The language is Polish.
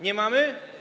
Nie mamy?